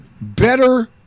better